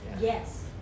Yes